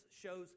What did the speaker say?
shows